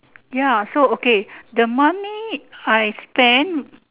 ya so okay the money I spend